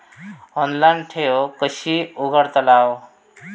Online ठेव कशी उघडतलाव?